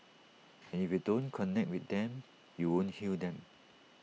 and if you don't connect with them you won't heal them